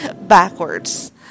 backwards